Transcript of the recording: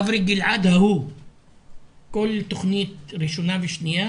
אברי גלעד כל תוכנית ראשונה ושנייה